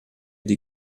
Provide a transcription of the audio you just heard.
die